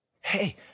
Hey